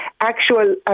actual